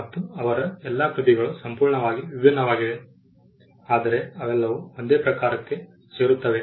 ಮತ್ತು ಅವರ ಎಲ್ಲಾ ಕೃತಿಗಳು ಸಂಪೂರ್ಣವಾಗಿ ವಿಭಿನ್ನವಾಗಿವೆ ಆದರೆ ಅವೆಲ್ಲವೂ ಒಂದೇ ಪ್ರಕಾರಕ್ಕೆ ಸೇರುತ್ತವೆ